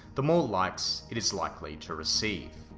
the more likes it is likely to receive.